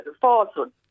falsehood